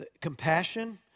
Compassion